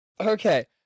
okay